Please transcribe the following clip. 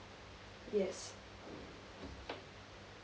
yes